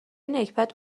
نکبت